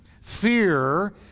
fear